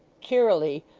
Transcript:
cheerily,